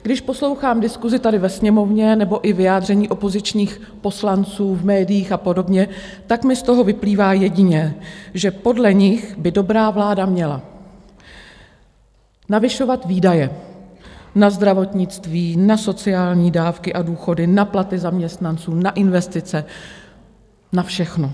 Když poslouchám diskusi tady ve Sněmovně nebo i vyjádření opozičních poslanců v médiích a podobně, tak mi z toho vyplývá jediné, že podle nich by dobrá vláda měla navyšovat výdaje na zdravotnictví, na sociální dávky a důchody, na platy zaměstnanců, na investice, na všechno.